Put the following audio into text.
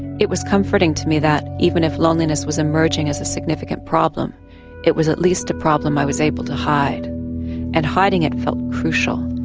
it was comforting to me that even if loneliness was emerging as a significant problem it was at least a problem i was able to hide and hiding it felt crucial.